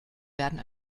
werden